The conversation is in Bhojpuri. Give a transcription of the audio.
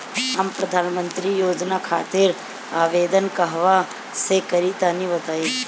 हम प्रधनमंत्री योजना खातिर आवेदन कहवा से करि तनि बताईं?